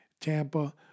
Tampa